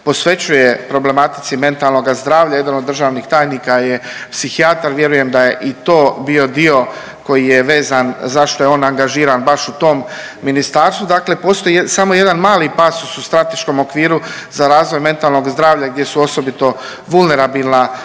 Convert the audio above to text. posvećuje problematici mentalnoga zdravlja. Jedan od državnih tajnika je psihijatar, vjerujem da je i to bio dio koji je vezan zašto je on angažiran baš u tom ministarstvu. Dakle, postoji samo jedan mali pasos u strateškom okviru za razvoj mentalnog zdravlja, gdje su osobito vulnerabilna populacija.